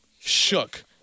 shook